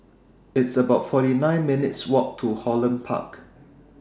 It's about forty nine minutes' Walk to Holland Park